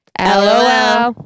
LOL